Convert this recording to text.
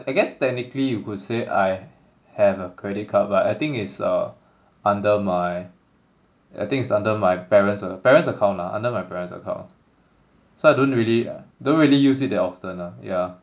I guess technically you could say I have a credit card but I think it's uh under my I think it's under my parent's uh parent's account lah under my parent's account so I don't really don't really use it that often lah yeah